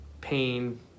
pain